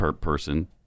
person